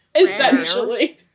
Essentially